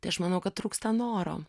tai aš manau kad trūksta noro